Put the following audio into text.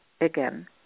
again